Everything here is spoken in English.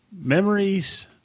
memories